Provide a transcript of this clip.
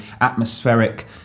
atmospheric